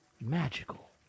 magical